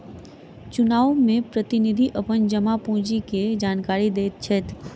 चुनाव में प्रतिनिधि अपन जमा पूंजी के जानकारी दैत छैथ